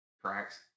tracks